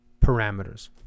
parameters